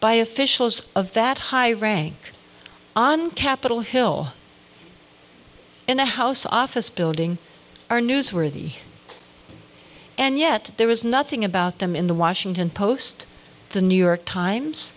by officials of that high rank on capitol hill in a house office building are newsworthy and yet there is nothing about them in the washington post the new york times